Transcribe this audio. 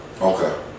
Okay